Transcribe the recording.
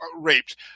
raped